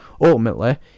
ultimately